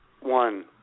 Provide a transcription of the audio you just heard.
one